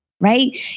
right